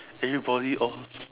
eh you Poly or